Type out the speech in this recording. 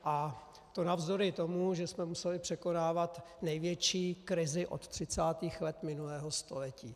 A to navzdory tomu, že jsme museli překonávat největší krizi od třicátých let minulého století.